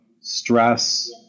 stress